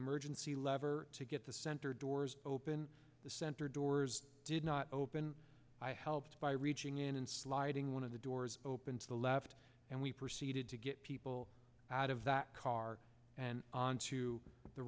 emergency lever to get the center doors open the center doors did not open i helped by reaching in and sliding one of the doors open to the left and we proceeded to get people out of that car and onto the